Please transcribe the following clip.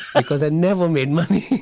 because i never made money.